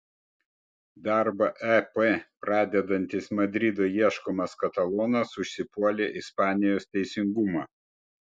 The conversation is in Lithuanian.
darbą ep pradedantis madrido ieškomas katalonas užsipuolė ispanijos teisingumą